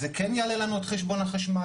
זה כן יעלה לנו את חשבון החשמל.